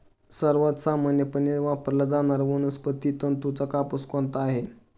सर्वात सामान्यपणे वापरला जाणारा वनस्पती तंतूचा कापूस कोणता आहे?